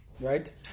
Right